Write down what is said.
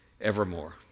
evermore